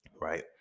Right